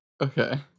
Okay